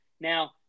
Now